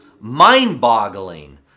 mind-boggling